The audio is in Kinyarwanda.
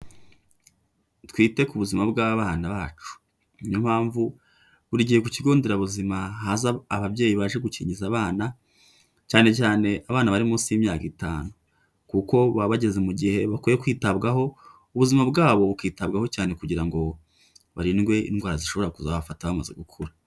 Twite ku buzima bw'abana bacu. Ni yo mpamvu buri gihe ku kigo nderabuzima haza ababyeyi baje gukingiza abana, cyane cyane abana bari munsi y'imyaka itanu, kuko baba bageze mu gihe bakwiye kwitabwaho, ubuzima bwabo bukitabwaho cyane, kugira ngo barindwe indwara zishobora kuzabafata bamaze gukura.